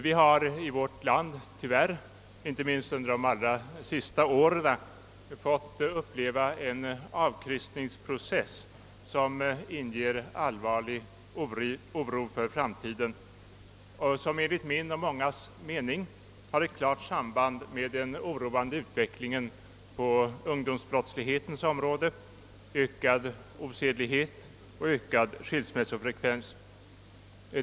Vi har i vårt land tyvärr, inte minst under de allra senaste åren, fått uppleva en avkristningsprocess som inger allvarlig oro för framtiden och som enligt min och många andras mening har ett klart samband med utvecklingen på ungdomsbrottslighetens område, ökad osedlighet och ökad skilsmässofrekvens.